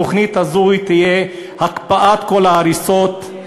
בתוכנית הזו תהיה הקפאת כל ההריסות,